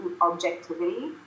objectivity